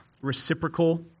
reciprocal